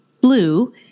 Blue